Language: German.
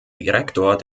direktor